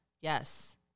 Yes